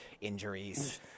Injuries